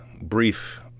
brief